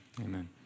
amen